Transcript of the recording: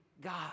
God